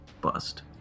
bust